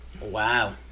Wow